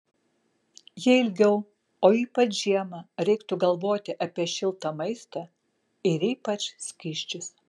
jei ilgiau o ypač žiemą reiktų galvoti apie šiltą maistą ir ypač skysčius